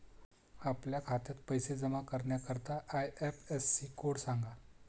आपल्या खात्यात पैसे जमा करण्याकरता आय.एफ.एस.सी कोड सांगा